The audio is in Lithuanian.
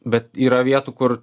bet yra vietų kur